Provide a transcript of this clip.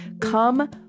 Come